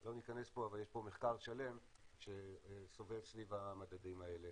לא ניכנס אבל יש פה מחקר שלם שסובב סביב המדדים האלה.